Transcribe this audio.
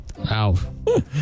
Ow